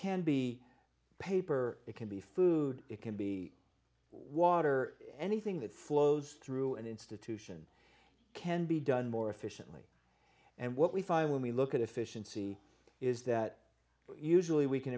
can be paper it can be food it can be water anything that flows through an institution can be done more efficiently and what we find when we look at efficiency is that usually we can